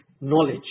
knowledge